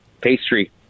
pastry